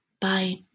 Bye